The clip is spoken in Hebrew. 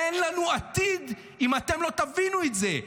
אין לנו עתיד אם אתם לא תבינו את זה.